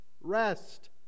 rest